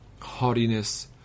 haughtiness